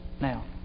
Now